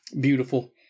Beautiful